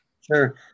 Sure